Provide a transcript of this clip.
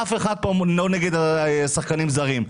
אף אחד פה לא נגד שחקנים זרים.